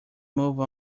move